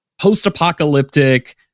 post-apocalyptic